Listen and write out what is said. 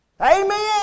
Amen